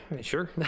sure